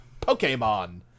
Pokemon